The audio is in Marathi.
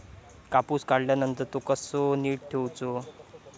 कापूस काढल्यानंतर तो कसो नीट ठेवूचो?